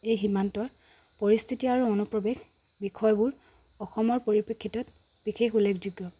এই সীমান্ত পৰিস্থিতি আৰু অনুপ্ৰৱেশ বিষয়বোৰ অসমৰ পৰিপ্ৰেক্ষিতত বিশেষ উল্লেখযোগ্য